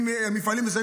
מפעלים מסוימים,